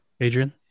Adrian